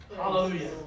Hallelujah